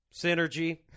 Synergy